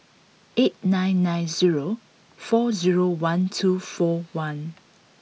eight nine nine zero four zero one two four one